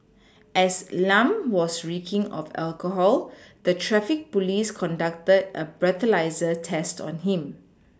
as Lam was reeking of alcohol the traffic police conducted a breathalyser test on him